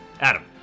Adam